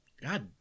God